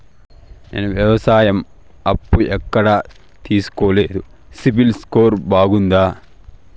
నేను వ్యవసాయం అప్పు ఎక్కడ తీసుకోలేదు, సిబిల్ స్కోరు బాగుందా?